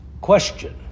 question